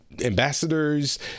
ambassadors